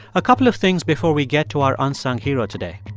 a couple of things before we get to our unsung hero today.